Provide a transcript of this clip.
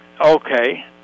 okay